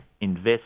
invest